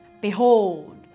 Behold